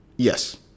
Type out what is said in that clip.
Yes